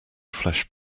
flesh